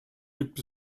gibt